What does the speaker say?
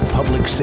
Public